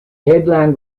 headland